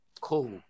cool